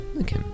Okay